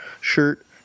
shirt